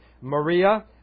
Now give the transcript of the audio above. Maria